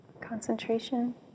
concentration